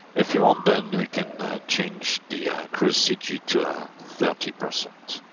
if you want then you can change the ah cruise cg to ah thirty percent.